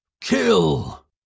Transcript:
kill